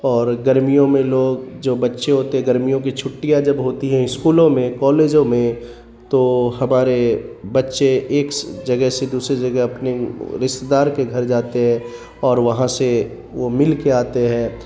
اور گرمیوں میں لوگ جو بچے ہوتے ہیں گرمیوں کی چھٹیاں جب ہوتی ہیں اسکولوں میں کالجوں میں تو ہمارے بچے ایک جگہ سے دوسرے جگہ اپنے رشتے دار کے گھر جاتے ہیں اور وہاں سے وہ مل کے آتے ہیں